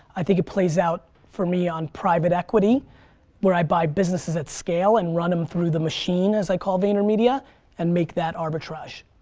i think it plays out for me on private equity where i buy businesses at scale and run them through the machine as i call the vaynermedia and make that arbitrage.